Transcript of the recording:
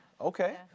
okay